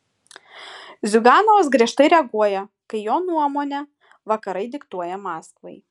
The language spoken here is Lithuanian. ziuganovas griežtai reaguoja kai jo nuomone vakarai diktuoja maskvai